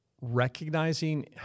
recognizing